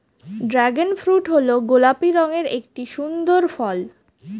dragon fruit হল গোলাপি রঙের একটি সুন্দর ফল